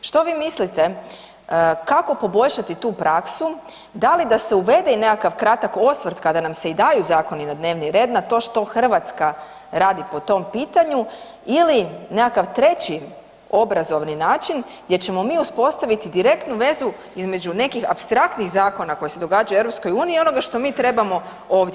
Što vi mislite, kako poboljšati tu praksu, da li da se uvede i nekakav kratak osvrt kada nam se i daju zakoni na dnevni red na to što Hrvatska radi po tom pitanju ili nekakav treći obrazovni način gdje ćemo mi uspostaviti direktnu vezu između nekih apstraktnih zakona koji se događaju u EU i onoga što mi trebamo ovdje?